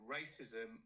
racism